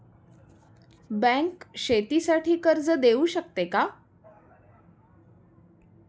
Bank शेतीसाठी कर्ज देऊ शकते का?